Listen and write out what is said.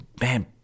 Man